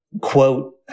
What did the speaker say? quote